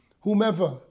whomever